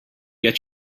get